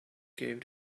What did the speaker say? gave